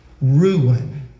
ruin